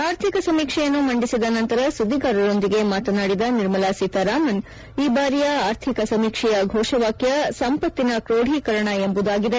ಆರ್ಥಿಕ ಸಮೀಕ್ಷೆಯನ್ನು ಮಂಡಿಸಿದ ನಂತರ ಸುದ್ದಿಗಾರರೊಂದಿಗೆ ಮಾತನಾಡಿದ ನಿರ್ಮಲಾ ಸೀತಾರಾಮನ್ ಈ ಬಾರಿಯ ಆರ್ಥಿಕ ಸಮೀಕ್ಷೆಯ ಘೋಷವಾಕ್ಯ ಸಂಪತ್ತಿನ ಸೃಷ್ಷಿ ಎಂಬುದಾಗಿದೆ